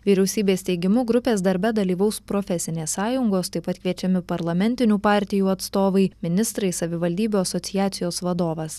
vyriausybės teigimu grupės darbe dalyvaus profesinės sąjungos taip pat kviečiami parlamentinių partijų atstovai ministrai savivaldybių asociacijos vadovas